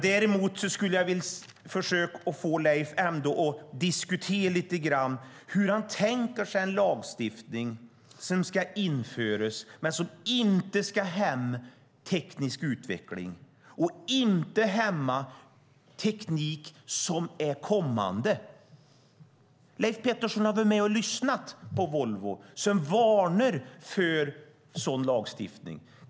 Däremot skulle jag ändå vilja försöka att få Leif att diskutera lite grann hur han tänker sig en lagstiftning som ska införas men som inte ska hämma teknisk utveckling och inte hämma teknik som är kommande. Leif Petterson har varit med och lyssnat på Volvo som varnar för en sådan lagstiftning.